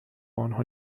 انها